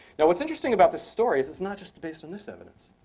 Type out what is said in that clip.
now, what's interesting about this story is it's not just based on this evidence.